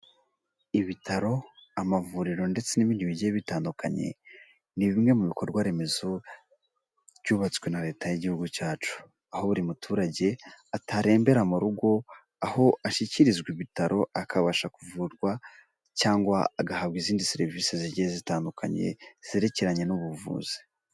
Ibitaro, amavuriro ndetse n'ibindi bigiye bitandukanye ni bimwe mu bikorwa remezo byubatswe na leta y'igihugu cyacu, aho buri muturage atarembera mu rugo aho ashyikirizwa ibitaro akabasha kuvurwa cyangwa agahabwa izindi serivise zigiye zitandukanye zerekeranye n'ubuvuzi.